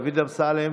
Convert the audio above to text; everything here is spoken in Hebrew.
דוד אמסלם,